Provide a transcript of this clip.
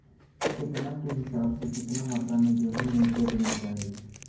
केतना के हिसाब से, कितना मात्रा में गेहूं में यूरिया देना चाही?